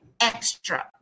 extra